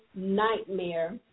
nightmare